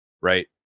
right